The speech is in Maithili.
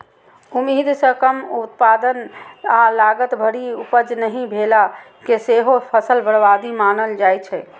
उम्मीद सं कम उत्पादन आ लागत भरि उपज नहि भेला कें सेहो फसल बर्बादी मानल जाइ छै